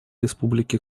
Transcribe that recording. республике